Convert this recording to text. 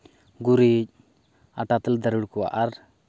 ᱜᱩᱨᱤᱡᱽ ᱟᱴᱴᱟ ᱛᱮᱞᱮ ᱫᱟᱹᱨᱩᱲ ᱠᱚᱣᱟ